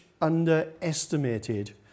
underestimated